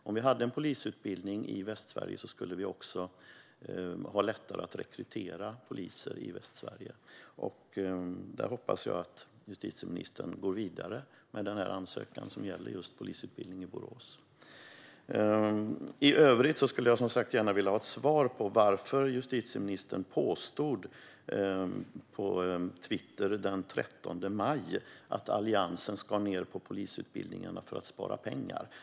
Om vi hade en polisutbildning i Västsverige skulle vi ha lättare att rekrytera poliser i Västsverige. Där hoppas jag att justitieministern går vidare med ansökan som gäller just polisutbildning i Borås. I övrigt skulle jag gärna vilja ha ett svar på varför justitieministern påstod på Twitter den 13 maj att Alliansen skar ned på polisutbildningarna för att spara pengar.